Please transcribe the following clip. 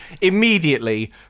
immediately